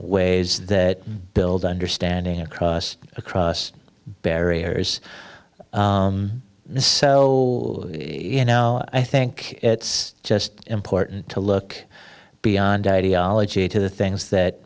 ways that build understanding across across barriers and so you know i think it's just important to look beyond ideology to the things that